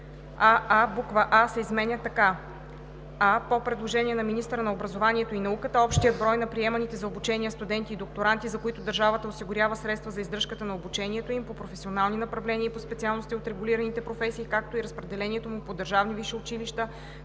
6: аа) буква „а“ се изменя така: „а) по предложение на министъра на образованието и науката общият брой на приеманите за обучение студенти и докторанти, за които държавата осигурява средства за издръжката на обучението им, по професионални направления и по специалности от регулираните професии, както и разпределението му по държавни висши училища